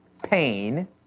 pain